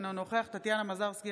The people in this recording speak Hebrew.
אינו נוכח טטיאנה מזרסקי,